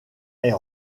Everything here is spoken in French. est